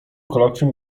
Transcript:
kolokwium